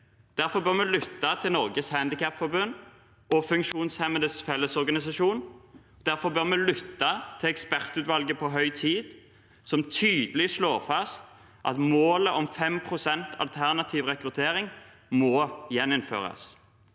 Derfor bør vi lytte til Norges Handikapforbund og Funksjonshemmedes Fellesorganisasjon. Derfor bør vi lytte til ekspertutvalget i utredningen På høy tid, som tydelig slår fast at målet om 5 pst. alternativ rekruttering må gjeninnføres.